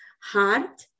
heart